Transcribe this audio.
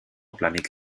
planik